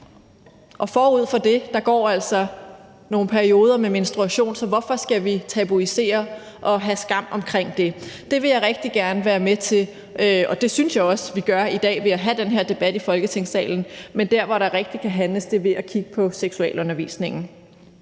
Forud for det går altså nogle perioder med menstruation – så hvorfor skal vi tabuisere og have skam omkring det? Det vil jeg rigtig gerne være med til at se på, og det synes jeg også vi gør i dag ved at have den her debat i Folketingssalen, men der, hvor der rigtig kan handles, er ved at kigge på seksualundervisningen.